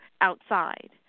outside